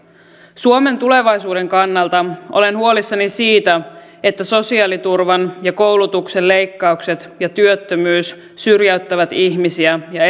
suomen tulevaisuuden kannalta olen huolissani siitä että sosiaaliturvan ja koulutuksen leikkaukset ja työttömyys syrjäyttävät ihmisiä ja